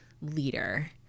leader